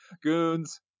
Goons